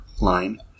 line